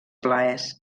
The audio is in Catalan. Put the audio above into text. plaers